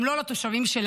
גם לא על התושבים שלהם.